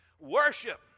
Worship